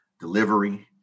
delivery